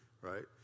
right